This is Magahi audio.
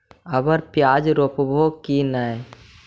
अबर प्याज रोप्बो की नय?